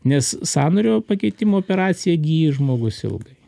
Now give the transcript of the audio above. nes sąnario pakeitimo operacija gyja žmogus ilgai